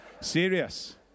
serious